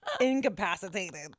incapacitated